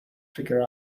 figure